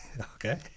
Okay